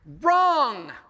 Wrong